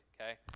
okay